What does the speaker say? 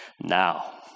Now